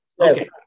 Okay